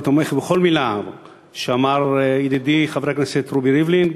אני תומך בכל מילה שאמר ידידי חבר הכנסת רובי ריבלין,